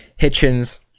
Hitchens